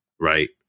right